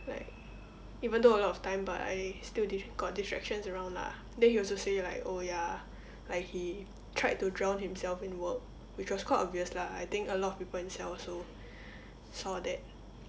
like even though a lot of times but I still dis~ got distractions around lah then he also say like oh ya like he tried to drown himself in work which was quite obvious lah I think a lot of people in cell also saw that